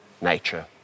nature